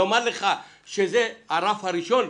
לומר לך שזה הרף הראשון?